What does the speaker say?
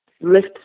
lift